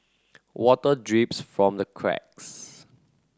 water drips from the cracks